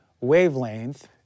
wavelength